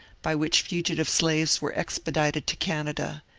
by which fugitive slaves were expedited to canada,